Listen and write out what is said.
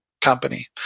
company